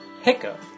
Hiccup